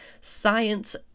science